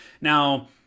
Now